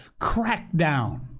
crackdown